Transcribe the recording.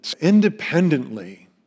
independently